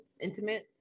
intimate